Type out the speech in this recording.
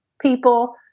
people